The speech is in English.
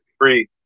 free